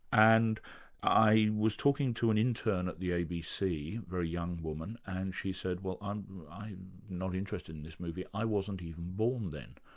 and i was talking to an intern at the abc, a very young woman, and she said, well, i'm i'm not interested in this movie, i wasn't even born then'.